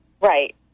Right